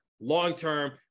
long-term